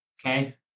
Okay